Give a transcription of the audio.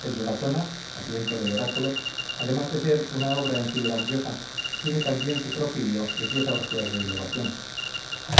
el de latona asiento del oráculo además de ser una obra en sí grandiosa tiene también su propíleo de diez orgias de elevación